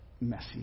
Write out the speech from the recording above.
messy